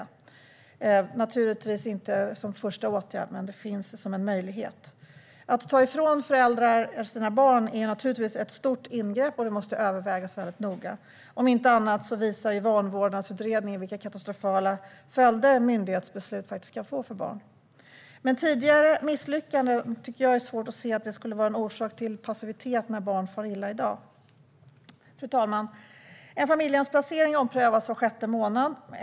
Det sker naturligtvis inte som första åtgärd, men det finns som en möjlighet. Att ta ifrån föräldrar deras barn är ett stort ingrepp, och det måste övervägas väldigt noga. Om inte annat visar Vanvårdsutredningen vilka katastrofala följder myndighetsbeslut kan få för barn. Jag har svårt att se att tidigare misslyckanden ska vara en orsak till passivitet när barn i dag far illa. Fru talman! En familjehemsplacering omprövas var sjätte månad.